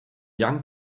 young